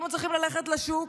לא מצליחים ללכת לשוק,